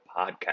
podcast